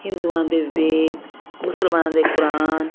ਹਿੰਦੂਆਂ ਦੇ ਵੇਦ ਮੁਸਲਮਾਨਾਂ ਦੇ ਕੁਰਾਨ